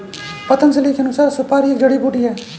पतंजलि के अनुसार, सुपारी एक जड़ी बूटी है